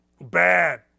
Bad